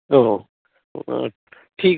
ও ও ঠিক